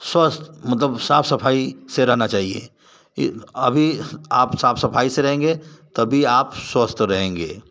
स्वस्थ मतलब साफ़ सफ़ाई से रहना चाहिए अभी आप साफ़ सफ़ाई से रहेंगे तभी आप स्वस्थ रहेंगे